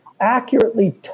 accurately